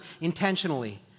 intentionally